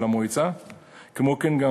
כמו כן,